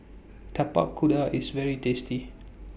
Tapak Kuda IS very tasty